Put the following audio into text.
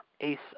ace